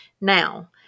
Now